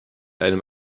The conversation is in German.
einem